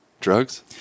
Drugs